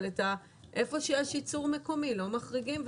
אבל איפה שיש ייצור מקומי לא מחריגים.